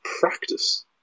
practice